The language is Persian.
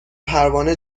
پروانه